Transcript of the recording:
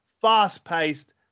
fast-paced